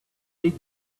did